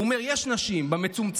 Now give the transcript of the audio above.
הוא אומר: יש נשים במצומצם,